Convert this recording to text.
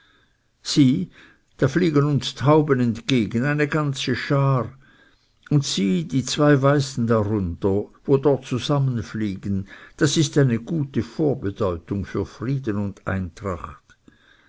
sieh da fliegen uns tauben entgegen eine ganze schar und sieh die zwei weißen darunter wo dort zusammen fliegen das ist eine gute vorbedeutung für frieden und eintracht